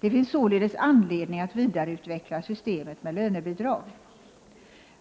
Det finns således anledning att vidareutveckla systemet med lönebidrag.